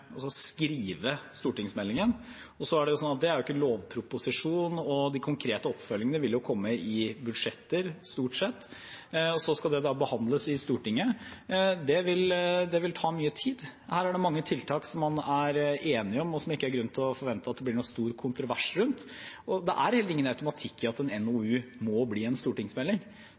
ikke en lovproposisjon – de konkrete oppfølgingene vil komme i budsjetter, stort sett, og så skal det behandles i Stortinget. Det vil ta mye tid. Her er det mange tiltak man er enig om, og som det ikke er grunn til å forvente at det blir noe stor kontrovers rundt. Det er heller ingen automatikk i at en NOU må bli en stortingsmelding.